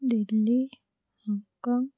Delhi Hong Kong